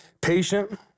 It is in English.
patient